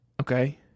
Okay